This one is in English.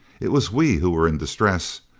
it was we who were in distress.